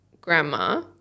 grandma